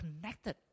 connected